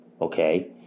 Okay